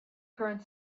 current